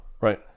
Right